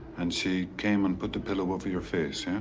and she came and put a pillow over your face, yeah?